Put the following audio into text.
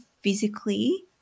physically